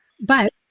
But-